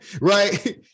right